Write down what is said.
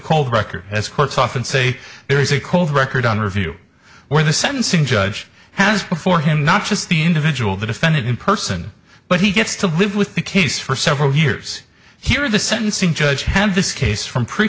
cold record as courts often say there is a cove record under review where the sentencing judge has before him not just the individual the defendant in person but he gets to live with the case for several years here in the sentencing judge have this case from pre